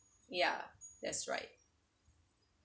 ya that's right